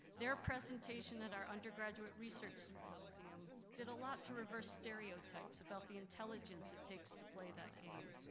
their presentation at our undergraduate research symposium did a lot to reverse stereotypes about the intelligence it takes to play that game.